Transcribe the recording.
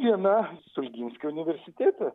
viena stulginskio universitete